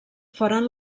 foren